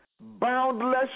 boundless